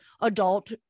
adult